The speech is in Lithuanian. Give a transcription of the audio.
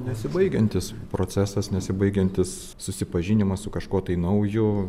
nesibaigiantis procesas nesibaigiantis susipažinimas su kažkuo tai nauju